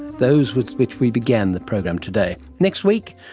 those with which we began the program today. next week,